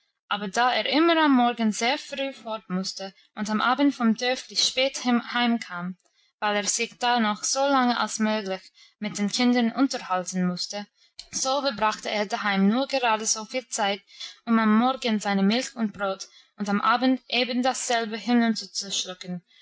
aber da er immer am morgen sehr früh fortmusste und am abend vom dörfli spät heimkam weil er sich da noch so lange als möglich mit den kindern unterhalten musste so verbrachte er daheim nur gerade so viel zeit um am morgen seine milch und brot und am abend ebendasselbe hinunterzuschlucken